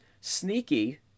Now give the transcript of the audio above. Sneaky